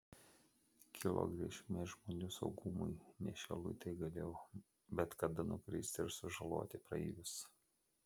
kilo grėsmė žmonių saugumui nes šie luitai galėjo bet kada nukristi ir sužaloti praeivius